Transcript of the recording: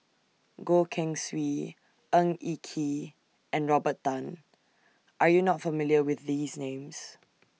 Goh Keng Swee Ng Eng Kee and Robert Tan Are YOU not familiar with These Names